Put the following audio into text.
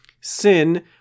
Sin